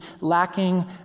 lacking